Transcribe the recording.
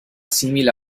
simile